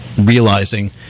realizing